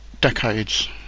decades